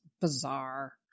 bizarre